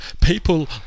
people